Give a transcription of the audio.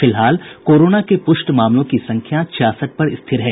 फिलहाल कोरोना के पुष्ट मामलों की संख्या छियासठ पर स्थिर है